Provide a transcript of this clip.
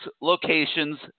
locations